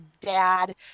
dad